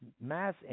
Mass